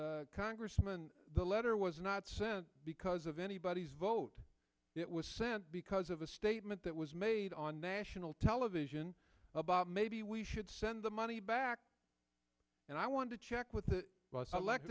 congressman the letter was not sent because of anybody's vote it was sent because of a statement that was made on national television about maybe we should send the money back and i want to check with